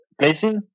Places